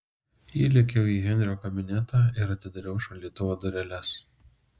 įlėkiau į henrio kabinetą ir atidariau šaldytuvo dureles